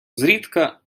зрідка